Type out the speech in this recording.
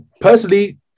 personally